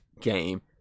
game